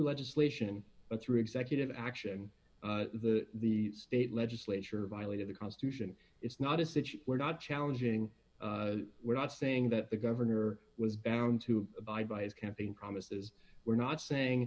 legislation but through executive action the state legislature violated the constitution it's not a city we're not challenging we're not saying that the governor was bound to abide by his campaign promises we're not saying